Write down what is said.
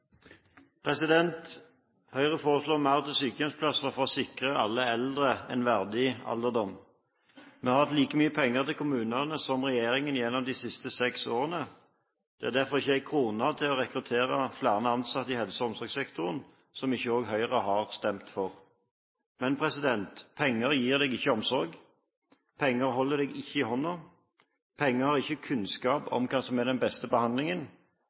Høyre foreslår mer til sykehjemsplasser for å sikre alle eldre en verdig alderdom. Vi har hatt like mye penger til kommunene som regjeringen gjennom de siste seks årene. Det er derfor ikke en krone til å rekruttere flere ansatte i helse- og omsorgssektoren som ikke også Høyre har stemt for. Men penger gir deg ikke omsorg, penger holder deg ikke i hånden, penger gir ikke kunnskap om hva som er den beste behandlingen.